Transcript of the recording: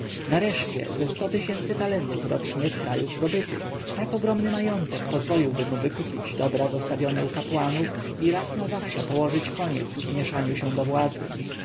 nareszcie ze sto tysięcy talentów rocznie z krajów zdobytych tak ogromny majątek pozwoliłby mu wykupić dobra zastawione u kapłanów i raz na zawsze położyć koniec ich mieszaniu się do władzy